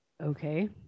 Okay